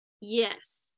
Yes